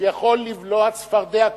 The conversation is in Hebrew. שיכול לבלוע צפרדע כזאת.